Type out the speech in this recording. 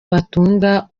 watunga